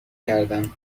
کردم